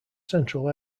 central